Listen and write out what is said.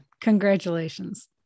Congratulations